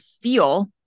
feel